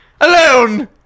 alone